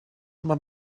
man